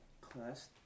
class